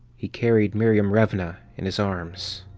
he carried miriam revna in his arms.